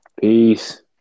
peace